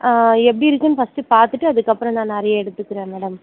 எப்படி இருக்குன்னு ஃபர்ஸ்ட்டு பார்த்துட்டு அதுக்கப்பறம் நான் நிறைய எடுத்துக்கிறேன் மேடம்